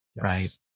right